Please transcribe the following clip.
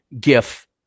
GIF